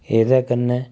एह्दे कन्नै